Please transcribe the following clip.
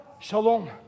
Shalom